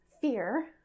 fear